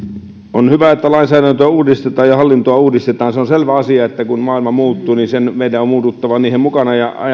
on hyvä että lainsäädäntöä uudistetaan ja hallintoa uudistetaan se on selvä asia että kun maailma muuttuu meidän on muututtava mukana ja